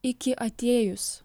iki atėjus